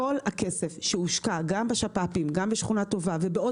כל הכסף שהושקע גם בשפ"פים וגם בשכונה טובה ובעוד